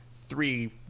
three